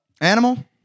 animal